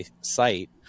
site